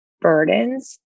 burdens